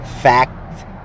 fact